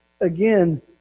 again